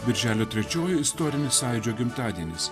birželio trečioji istorinis sąjūdžio gimtadienis